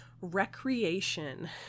recreation